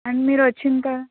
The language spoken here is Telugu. అండ్ మీరు వచ్చిన త